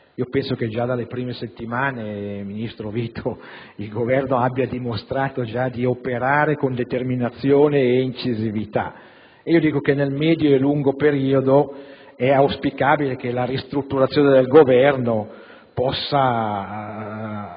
Penso che già dalle prime settimane, ministro Vito, il Governo abbia dimostrato di operare con determinazione e incisività. Nel medio e lungo periodo è auspicabile che la ristrutturazione del Governo possa